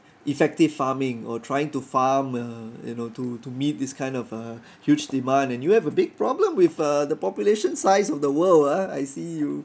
effective farming or trying to farm uh you know to to meet this kind of uh huge demand and you have a big problem with uh the population size of the world ah I see you